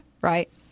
right